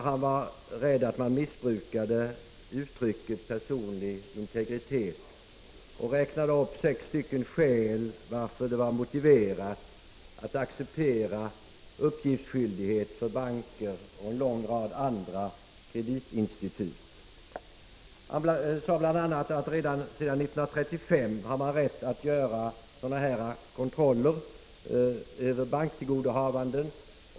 Han var rädd att man missbrukade uttrycket personlig integritet och räknade upp sex stycken skäl för att acceptera uppgiftsskyldighet för banker och en lång rad andra kreditinstitut. Han sade bl.a. att sedan 1935 har man rätt att göra kontroller över banktillgodohavanden.